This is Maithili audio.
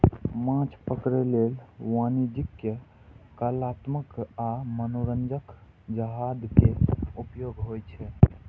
माछ पकड़ै लेल वाणिज्यिक, कलात्मक आ मनोरंजक जहाज के उपयोग होइ छै